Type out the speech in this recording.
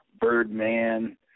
Birdman